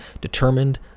determined